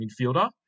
midfielder